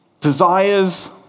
desires